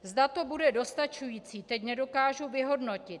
Zda to bude dostačující, teď nedokážu vyhodnotit.